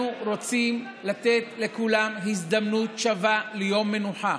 אנחנו רוצים לתת לכולם הזדמנות שווה ליום מנוחה,